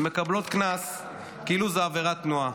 ומקבלות קנס כאילו זו עבירת תנועה.